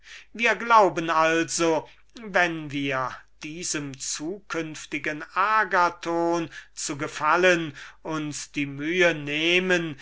wir glauben also wenn wir diesem zukünftigen agathon zu gefallen uns die mühe nehmen